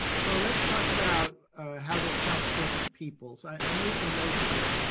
so let's talk about how this helps different people. so i made some notes here.